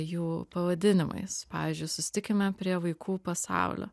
jų pavadinimais pavyzdžiui susitikime prie vaikų pasaulio